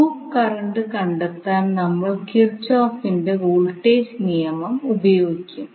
loop current കണ്ടെത്താൻ നമ്മൾ കിർചോഫിന്റെ വോൾട്ടേജ് Kirchoff's Voltage നിയമം ഉപയോഗിക്കും